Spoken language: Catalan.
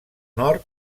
nord